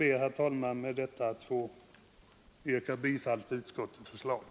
Med det anförda ber jag att få yrka bifall till utskottets hemställan.